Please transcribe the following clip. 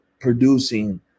producing